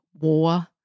war